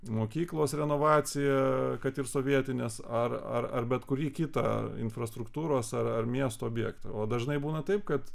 mokyklos renovaciją kad ir sovietinės ar ar ar bet kurį kitą infrastruktūros ar miesto objektą o dažnai būna taip kad